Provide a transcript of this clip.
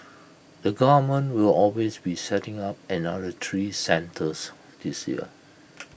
the government will always be setting up another three centres this year